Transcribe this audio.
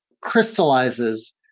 crystallizes